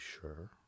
sure